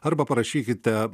arba parašykite